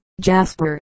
Jasper